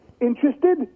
Interested